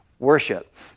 worship